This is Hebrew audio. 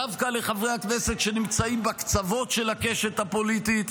דווקא לחברי הכנסת שנמצאים בקצוות של הקשת הפוליטית.